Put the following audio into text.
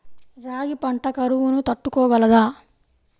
రాగి పంట కరువును తట్టుకోగలదా?